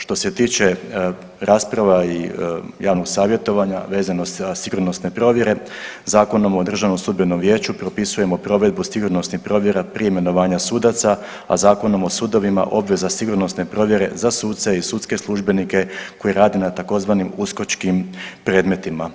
Što se tiče rasprava i javnog savjetovanja vezano za sigurnosne provjere Zakonom o Državnom sudbenom vijeću propisujemo provedbu sigurnosnih provjera prije imenovanja sudaca, a Zakonom o sudovima obveza sigurnosne provjere za suce i sudske službenike koji rade na tzv. uskočkim predmetima.